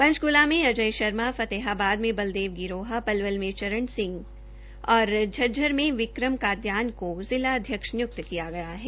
पंचकूला में अजय शर्मा फतेहाबाद में बलदेव गिरोहा पलवल में चरण सिंह तेपयिया और झज्जर में विक्रम कादियान को जिला अध्यक्ष नियुक्त किया गया है